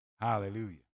Hallelujah